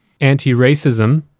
anti-racism